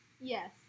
Yes